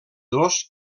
dos